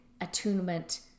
attunement